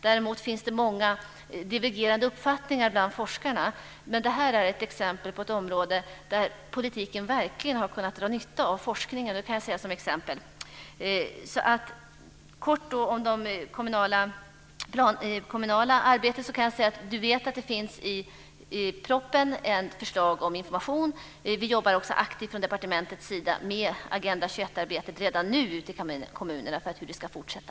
Däremot finns det många divergerande uppfattningar bland forskarna. Detta är ett exempel på ett område där politiken verkligen har kunnat dra nytta av forskningen. Kort om det kommunala arbetet: I propositionen finns det ett förslag om information. Vi jobbar också aktivt inom departementet med frågan hur Agenda 21-arbetet ute i kommunerna ska fortsätta.